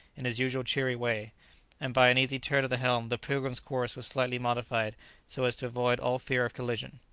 in his usual cheery way and by an easy turn of the helm the pilgrim's course was slightly modified so as to avoid all fear of collision.